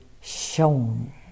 shown